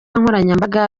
nkoranyambaga